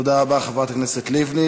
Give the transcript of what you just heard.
תודה רבה, חברת הכנסת לבני.